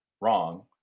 wrong